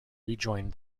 rejoined